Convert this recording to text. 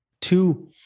Two